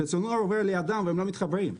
שהצינור עובר לידם והם לא מתחברים,